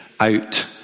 out